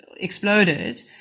exploded